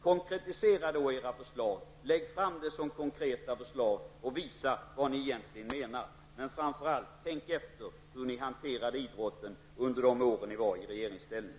Konkretisera era förslag och visa vad ni egentligen menar. Men framför allt, tänk efter hur ni hanterade idrotten de år ni var i regeringsställning.